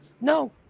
No